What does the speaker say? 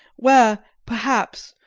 where, perhaps,